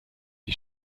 die